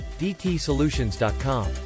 DTSolutions.com